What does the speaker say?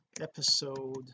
episode